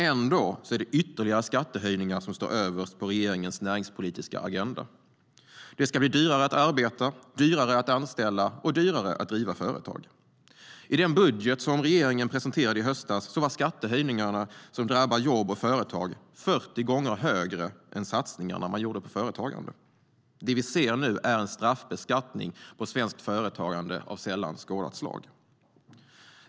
Ändå är det ytterligare skattehöjningar som står överst på regeringens näringspolitiska agenda. Det ska bli dyrare att arbeta, dyrare att anställa och dyrare att driva företag. I den budget som regeringen presenterade i höstas var skattehöjningarna som drabbar jobb och företag 40 gånger högre än satsningarna man gjorde på företagande. Det vi ser nu är en straffbeskattning av svenskt företagande av sällan skådat slag.